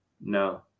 no